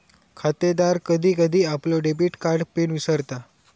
खातेदार कधी कधी आपलो डेबिट कार्ड पिन विसरता